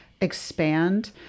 expand